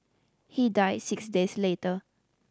he died six days later